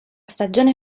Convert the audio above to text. stagione